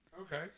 Okay